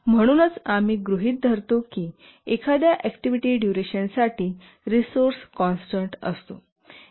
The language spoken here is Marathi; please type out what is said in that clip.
आणि म्हणूनच आम्ही गृहीत धरतो की एखाद्या ऍक्टिव्हिटी डुरेशन साठी रिसोर्स कॉन्स्टन्ट असतो